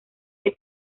que